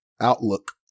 outlook